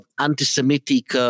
anti-Semitic